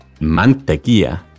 mantequilla